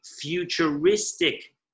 futuristic